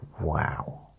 Wow